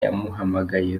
yamuhamagaye